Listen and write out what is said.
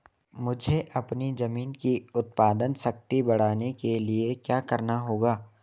मुझे अपनी ज़मीन की उत्पादन शक्ति बढ़ाने के लिए क्या करना होगा?